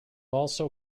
also